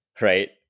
right